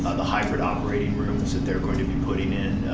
the hybrid operating rooms that they're going to be putting in.